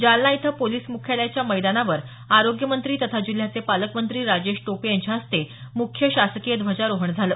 जालना इथं पोलीस मुख्यालयाच्या मैदानावर आरोग्यमंत्री तथा जिल्ह्याचे पालकमंत्री राजेश टोपे यांच्या हस्ते मुख्य शासकीय ध्वजारोहण झालं